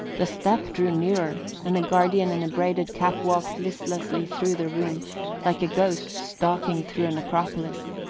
the step drew nearer, and a guardian in a braided cap walked listlessly through the room like a ghost stalking through a necropolis.